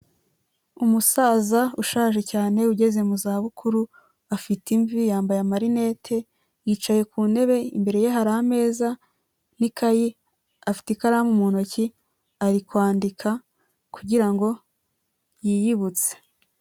Umusaza ushaje cyane ugeze mu za bukuru afite imvi yambaye amarinete yicaye ku ntebe imbere ye hari ameza n'ikayi, afite ikaramu mu ntoki ari kwandika kugira ngo yiyibutse.